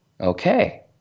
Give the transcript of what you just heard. Okay